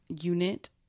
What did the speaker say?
unit